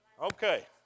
Okay